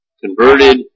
converted